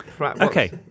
Okay